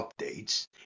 updates